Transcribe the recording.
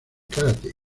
karate